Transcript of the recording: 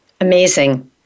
Amazing